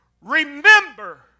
Remember